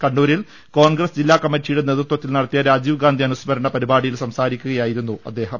കണ്ണൂർ ജില്ലാ കോൺഗ്രസ് കമ്മിറ്റിയുടെ നേതൃത്വത്തിൽ നടത്തിയ രാജീവ് ഗാന്ധി അനുസ്മരണ പരിപാടിയിൽ സംസാരിക്കുകയായിരുന്നു അദ്ദേഹം